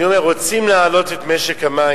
אז אני אומר לך, רוצים להעלות את משק המים,